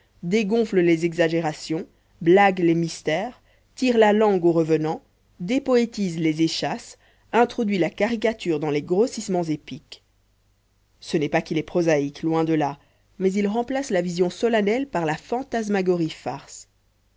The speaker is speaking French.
dégonfle les exagérations blague les mystères tire la langue aux revenants dépoétise les échasses introduit la caricature dans les grossissements épiques ce n'est pas qu'il est prosaïque loin de là mais il remplace la vision solennelle par la fantasmagorie farce